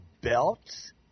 belts